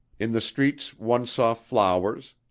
in the streets one saw flowers,